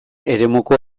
eremuko